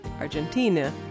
Argentina